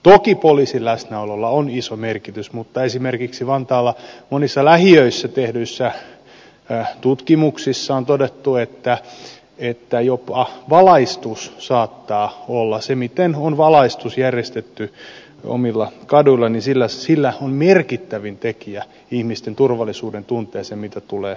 toki poliisin läsnäololla on iso merkitys mutta esimerkiksi vantaalla monissa lähiöissä tehdyissä tutkimuksissa on todettu että valaistus se miten valaistus on järjestetty omilla kaduilla on merkittävin tekijä ihmisten turvallisuudentunteeseen mitä tulee kotikulmille